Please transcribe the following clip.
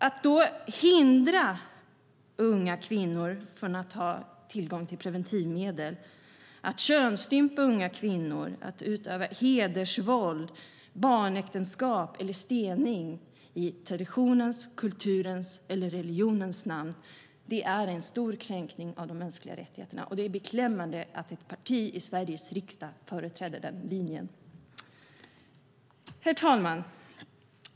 Att då hindra unga kvinnor från att ha tillgång till preventivmedel, könsstympa unga kvinnor, utöva hedersvåld, tillåta barnäktenskap eller stening i traditionens, kulturens eller religionens namn är en stor kränkning av de mänskliga rättigheterna. Det är beklämmande att ett parti i Sveriges riksdag företräder den linjen. Herr talman!